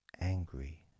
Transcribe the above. angry